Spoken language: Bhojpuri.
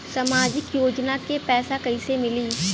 सामाजिक योजना के पैसा कइसे मिली?